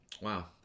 wow